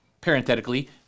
parenthetically